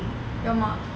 your mak